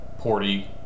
porty